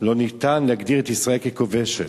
לא ניתן להגדיר את ישראל ככובשת.